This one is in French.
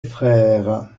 frères